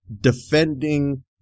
defending